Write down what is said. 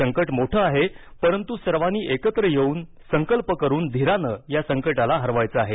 संकट मोठं आहे परंतु सर्वांनी एकत्र येऊन संकल्प करून धीराने या संकटाला हरवायचं आहे